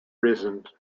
reasons